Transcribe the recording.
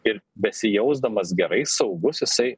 ir besijausdamas gerai saugus jisai